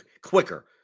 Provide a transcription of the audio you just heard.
quicker